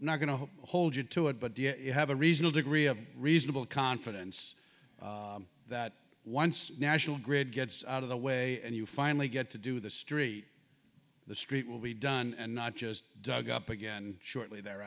not going to hold you to it but you have a reasonable degree of reasonable confidence that once national grid gets out of the way and you finally get to do the street the street will be done and not just dug up again shortly the